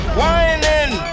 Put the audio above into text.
whining